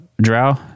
Drow